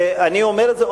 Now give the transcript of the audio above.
ואני אומר את זה,